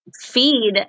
feed